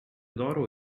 d’oro